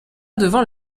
devant